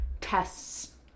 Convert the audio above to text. tests